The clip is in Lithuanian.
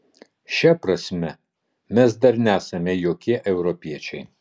šia prasme mes dar nesame jokie europiečiai